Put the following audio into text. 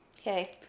Okay